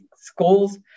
schools